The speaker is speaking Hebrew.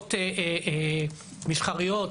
בחברות מסחריות,